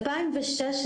ב-2016,